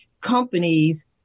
companies